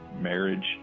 marriage